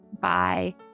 Bye